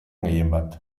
gehienbat